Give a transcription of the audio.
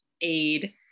aid